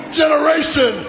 generation